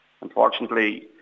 Unfortunately